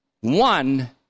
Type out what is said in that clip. one